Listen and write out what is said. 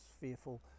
fearful